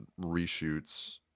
reshoots